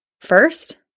first